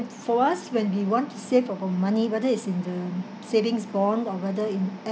for us when we want to save our money whether it's in the savings bond or whether in